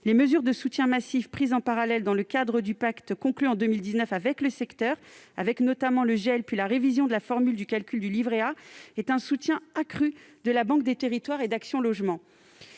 des mesures de soutien massif ont été prises dans le cadre du pacte conclu en 2019 avec le secteur, comprenant notamment le gel, puis la révision de la formule de calcul du livret A et un soutien accru de la banque des territoires et d'Action Logement.